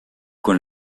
con